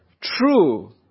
true